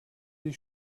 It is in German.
sich